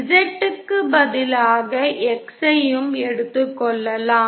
Z க்கு பதிலாக X ஐயும் எடுத்துக் கொள்ளலாம்